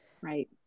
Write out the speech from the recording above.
Right